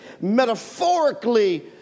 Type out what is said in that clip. metaphorically